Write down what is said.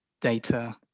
data